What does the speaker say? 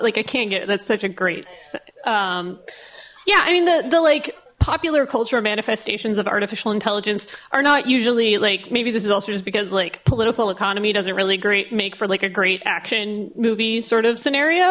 like i can get that's such a great yeah i mean the the like popular cultural manifestations of artificial intelligence are not usually like maybe this is also just because like political economy doesn't really great make for like a great action movie sort of scenario